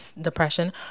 depression